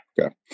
Okay